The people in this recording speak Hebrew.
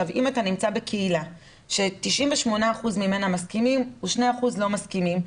אם אתה נמצא בקהילה ש-98% ממנה מסכימים ו-2% לא מסכימים,